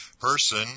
person